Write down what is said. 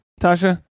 Tasha